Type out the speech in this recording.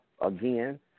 Again